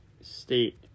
state